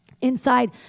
inside